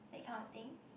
that kind of thing